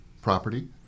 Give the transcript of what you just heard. property